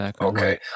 Okay